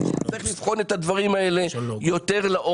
צריך לבחון את הדברים האלה יותר לעומק.